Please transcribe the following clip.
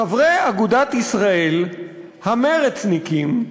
חברי אגודת ישראל, המרצניקים,